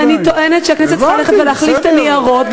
אני טוענת שהכנסת צריכה ללכת ולהחליף את הניירות,